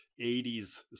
80s